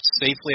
safely